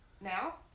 Now